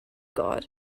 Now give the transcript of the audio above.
god